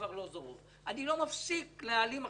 ארלוזורוב אני לא מפסיק להעלים הכנסות.